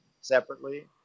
separately